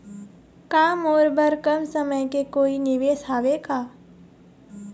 का मोर बर कम समय के कोई निवेश हावे का?